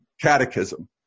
catechism